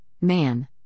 Man